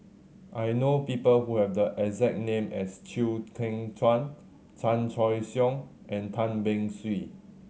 I know people who have the exact name as Chew Kheng Chuan Chan Choy Siong and Tan Beng Swee